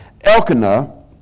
Elkanah